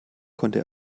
konnte